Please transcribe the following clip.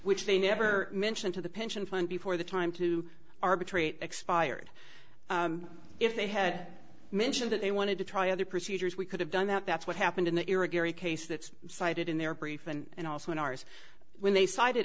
which they never mentioned to the pension fund before the time to arbitrate expired if they had mentioned that they wanted to try other procedures we could have done that that's what happened in the era gary case that's cited in their brief and also in ours when they cited